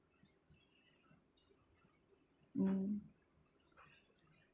mm